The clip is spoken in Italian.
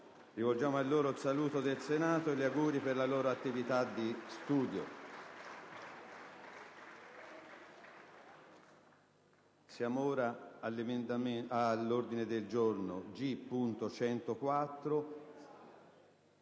rivolgiamo il saluto del Senato e gli auguri per la loro attività di studio.